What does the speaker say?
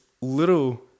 little